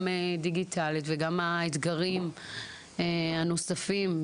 גם דיגיטלית וגם האתגרים הנוספים,